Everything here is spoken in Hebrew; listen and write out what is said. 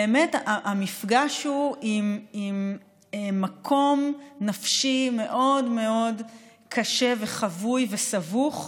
באמת המפגש הוא עם מקום נפשי מאוד מאוד קשה וחבוי וסבוך.